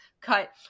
cut